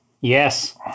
Yes